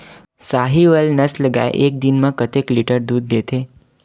साहीवल नस्ल गाय एक दिन म कतेक लीटर दूध देथे?